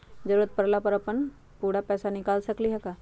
जरूरत परला पर हम अपन पूरा पैसा निकाल सकली ह का?